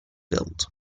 built